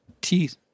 Teeth